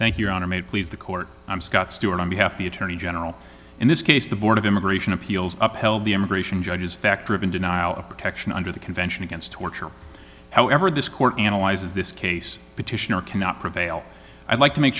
thank your honor may please the court i'm scott stewart on behalf of the attorney general in this case the board of immigration appeals upheld the immigration judges fact driven denial of protection under the convention against torture however this court analyzes this case petitioner cannot prevail i'd like to make